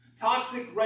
toxic